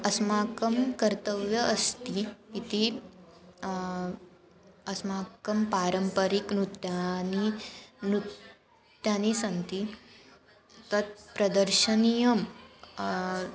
अस्माकं कर्तव्यम् अस्ति इति अस्माकं पारम्परिकनृत्यानि नृत्यानि सन्ति तत् प्रदर्शनीयं